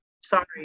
Sorry